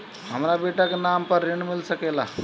हमरा बेटा के नाम पर ऋण मिल सकेला?